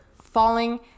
falling